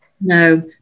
no